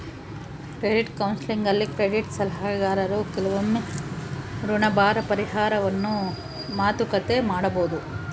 credit ಕೌನ್ಸೆಲಿಂಗ್ನಲ್ಲಿ credit ಸಲಹೆಗಾರರು ಕೆಲವೊಮ್ಮೆ ಋಣಭಾರ ಪರಿಹಾರವನ್ನು ಮಾತುಕತೆ ಮಾಡಬೊದು